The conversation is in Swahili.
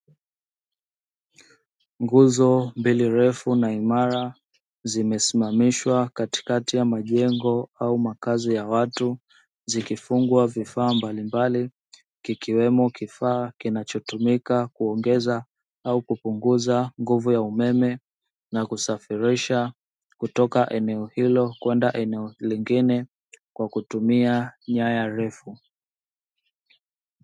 Nguzo mbili refu na imara zimesimamishwa katikati ya majengo au makazi ya watu zikifungwa vifaa mbalimbali kikiwemo kifaa kinachotumika kuongeza au kupunguza nguvu ya umeme na kusafirisha kutoka eneo hilo kwenda eneo lingine kwa kutumia nyaya refu.